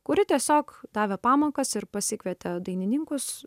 kuri tiesiog davė pamokas ir pasikvietė dainininkus